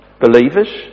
believers